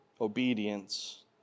obedience